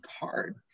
hard